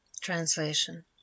Translation